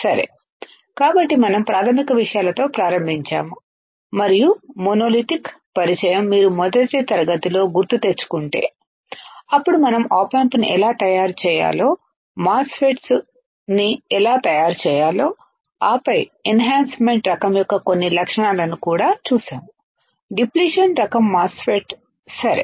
సరే కాబట్టి మనం ప్రాథమిక విషయాలతో ప్రారంభించాము మరియు మోనోలిథిక్ పరిచయం మీరు మొదటి తరగతిలో గుర్తు తెచ్చుకుంటే అప్పుడు మనం ఆప్ ఆంప్ను ఎలా తయారు చేయాలో మాస్ ఫెట్ను ఎలా తయారు చేయాలో ఆపై ఎన్ హాన్సమెంట్ రకం యొక్క కొన్ని లక్షణాలను కూడా చూశాము డిప్లిషన్ రకం మాస్ ఫెట్ సరే